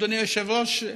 אדוני היושב-ראש,